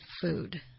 food